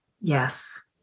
Yes